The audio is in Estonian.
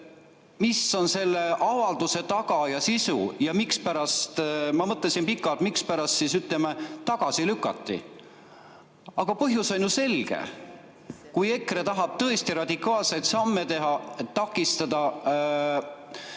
mis on selle avalduse taga ja sisu. Ja mispärast, ma mõtlesin pikalt, mispärast siis tagasi lükati? Aga põhjus on ju selge. Kui EKRE tahab tõesti radikaalseid samme teha, et takistada